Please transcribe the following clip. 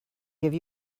give